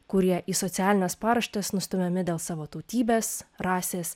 kurie į socialines paraštes nustumiami dėl savo tautybės rasės